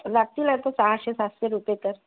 लागतील आता सहाशे सातशे रुपये तर